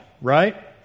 right